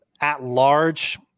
at-large